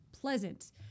pleasant